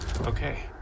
okay